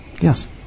Yes